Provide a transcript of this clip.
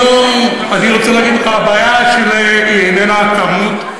אני רוצה להגיד לך: הבעיה שלי איננה הכמות,